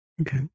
Okay